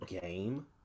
game